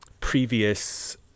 previous